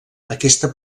aquesta